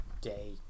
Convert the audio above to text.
day